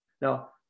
Now